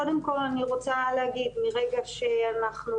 קודם כול, אני רוצה להגיד, מרגע שאנחנו